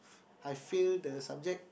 I failed the subject